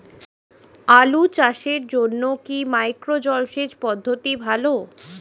আলু চাষের জন্য কি মাইক্রো জলসেচ পদ্ধতি ভালো?